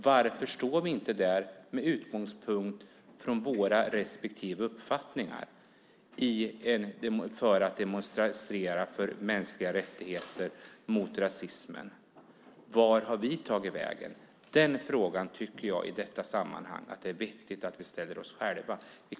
Varför står vi inte där med utgångspunkt från våra respektive uppfattningar för att demonstrera för mänskliga rättigheter, mot rasismen? Vart har vi tagit vägen? Den frågan tycker jag att det är vettigt att vi ställer oss själva i detta sammanhang.